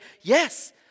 yes